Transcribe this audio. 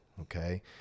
Okay